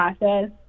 process